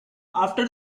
after